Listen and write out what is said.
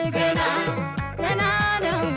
you know